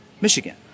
Michigan